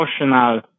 emotional